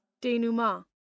Denouement